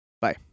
Bye